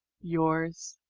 yours,